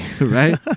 right